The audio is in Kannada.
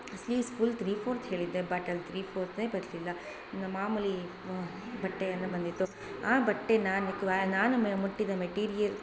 ಸ್ಲೀವ್ಸ್ ಫುಲ್ ತ್ರೀ ಫೋರ್ಥ್ ಹೇಳಿದ್ದೆ ಬಟ್ ಅಲ್ಲಿ ತ್ರೀ ಫೋರ್ಥೇ ಬರಲಿಲ್ಲ ಇನ್ನು ಮಾಮುಲಿ ಬಟ್ಟೆಯೆಲ್ಲ ಬಂದಿತ್ತು ಆ ಬಟ್ಟೆ ನಾನು ಕ್ವಾ ನಾನು ಮೆ ಮುಟ್ಟಿದ ಮೆಟೀರಿಯಲ್